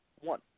one